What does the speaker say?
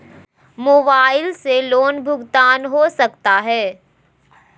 Mobile से loan भुगतान हो सकता है?